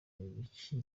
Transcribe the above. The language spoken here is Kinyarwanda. ibiki